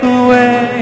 away